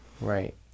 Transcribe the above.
right